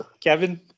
Kevin